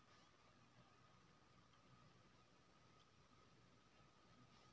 बकरीके रौदी लागलौ त माल जाल केर डाक्टर सँ देखा ने